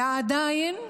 ועדיין,